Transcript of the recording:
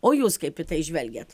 o jūs kaip į tai žvelgiat